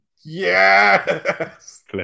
Yes